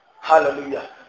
Hallelujah